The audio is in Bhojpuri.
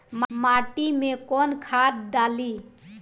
माटी में कोउन खाद डाली?